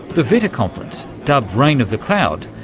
the vitta conference, dubbed reign of the cloud,